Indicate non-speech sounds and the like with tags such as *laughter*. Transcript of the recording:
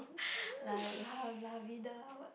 *breath* like la la vida what